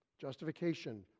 justification